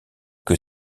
que